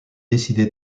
décidé